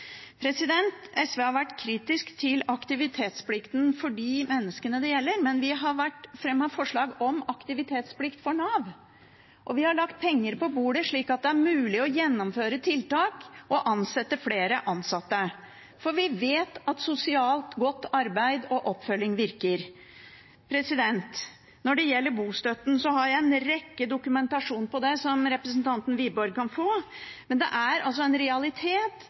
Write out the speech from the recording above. SV har vært kritisk til aktivitetsplikten for de menneskene det gjelder, men vi har fremmet forslag om aktivitetsplikt for Nav. Vi har lagt penger på bordet slik at det er mulig å gjennomføre tiltak og ansette flere, for vi vet at sosialt godt arbeid og oppfølging virker. Når det gjelder bostøtten, har jeg en rekke dokumentasjon på det, som representanten Wiborg kan få. Det er altså en realitet